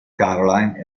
caroline